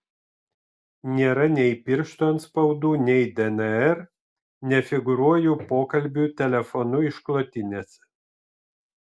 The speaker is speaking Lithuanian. nėra nei pirštų atspaudų nei dnr nefigūruoju pokalbių telefonu išklotinėse